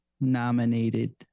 nominated